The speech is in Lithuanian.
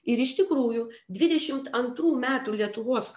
ir iš tikrųjų dvidešimt antrų metų lietuvos